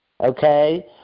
okay